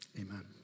amen